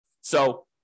So-